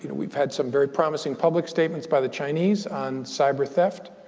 you know we've had some very promising public statements by the chinese on cyber theft.